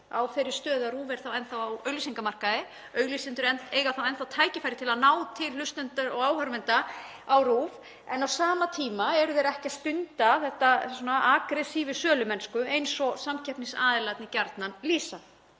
á þeirri stöðu að RÚV er þá enn þá á auglýsingamarkaði. Auglýsendur eiga þá enn þá tækifæri til að ná til hlustenda og áhorfenda RÚV en á sama tíma eru þeir ekki að stunda þessa agressífu sölumennsku eins og samkeppnisaðilarnir gjarnan lýsa.